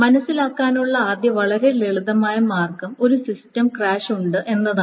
മനസ്സിലാക്കാനുള്ള ആദ്യ വളരെ ലളിതമായ മാർഗ്ഗം ഒരു സിസ്റ്റം ക്രാഷ് ഉണ്ട് എന്നതാണ്